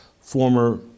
former